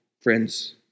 friends